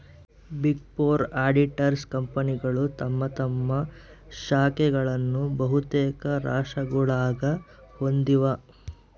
big four auditors ಕಂಪನಿಗಳು ತಮ್ಮ ತಮ್ಮ ಶಾಖೆಗಳನ್ನು ಬಹುತೇಕ ರಾಷ್ಟ್ರಗುಳಾಗ ಹೊಂದಿವ